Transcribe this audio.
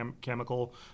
chemical